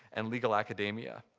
and legal academia.